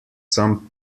some